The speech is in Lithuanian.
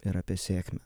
ir apie sėkmę